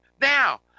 Now